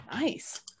Nice